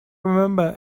remember